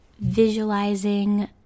visualizing